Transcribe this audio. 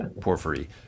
porphyry